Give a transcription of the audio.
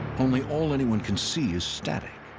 only all anyone can see is static.